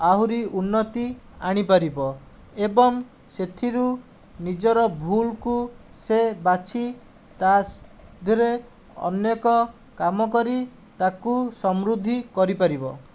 ଆହୁରି ଉନ୍ନତି ଆଣିପାରିବ ଏବଂ ସେଥିରୁ ନିଜର ଭୁଲ୍କୁ ସେ ବାଛି ତା ' ଦେହରେ ଅନେକ କାମ କରି ତାକୁ ସମୃଦ୍ଧି କରିପାରିବ